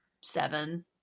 seven